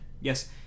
Yes